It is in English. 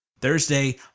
Thursday